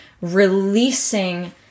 releasing